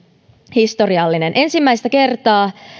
historiallinen ensimmäistä kertaa